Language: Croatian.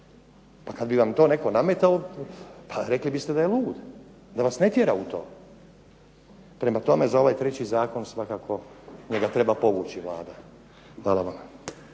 Pa kad bi vam to netko nametao pa rekli biste da je lud, da vas ne tjera u to. Prema tome, za ovaj treći zakon svakako, njega treba povući Vlada. Hvala vam.